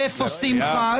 איפה שמחה?